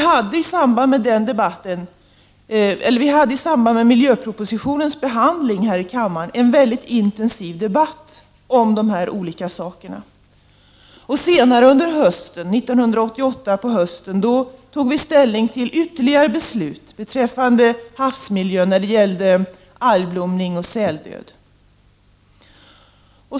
I samband med miljöpropositionens behandling här i kammaren hade vi en intensiv debatt om de här sakerna. Senare, på hösten 1988, tog vi ytterligare beslut beträffande havsmiljön med anledning av algblomning och säldöd.